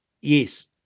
Yes